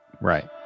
Right